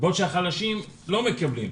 בעוד שהחלשים לא מקבלים.